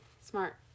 Smart